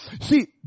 See